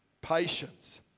Patience